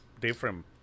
different